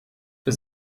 für